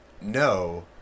no